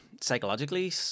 psychologically